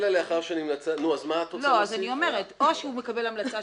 אלא לאחר שנמסרה למנהל המלצת